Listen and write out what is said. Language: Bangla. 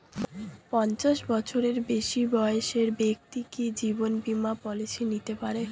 পঞ্চাশ বছরের বেশি বয়সের ব্যক্তি কি জীবন বীমা পলিসি নিতে পারে?